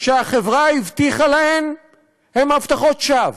שהחברה הבטיחה להם הן הבטחות שווא.